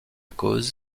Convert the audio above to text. cause